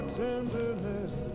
tenderness